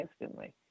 instantly